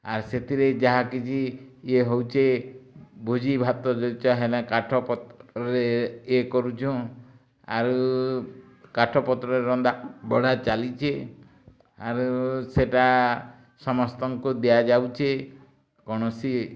ଆ ସେଥିରେ ଯାହା କିଛି ଇଏ ହଉଛେ ଭୁଜି ଭାତ କାଠ ପତ୍ର ରେ ଇଏ କରୁଛୁଁ ଆରୁ କାଠ ପତ୍ର ରେ ରନ୍ଧା ବଢ଼ା ଚାଲିଛି ଆରୁ ସେଟା ସମସ୍ତଙ୍କୁ ଦିଆ ଯାଉଛି କୌଣସି